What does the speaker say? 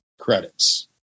credits